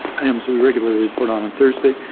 items we regularly reported on and thursday,